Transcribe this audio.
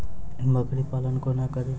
बकरी पालन कोना करि?